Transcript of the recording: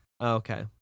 Okay